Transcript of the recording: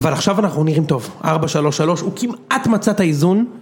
אבל עכשיו אנחנו נראים טוב, 4-3-3 הוא כמעט מצא את האיזון